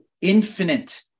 infinite